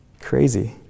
crazy